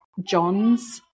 John's